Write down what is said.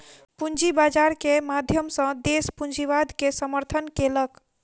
पूंजी बाजार के माध्यम सॅ देस पूंजीवाद के समर्थन केलक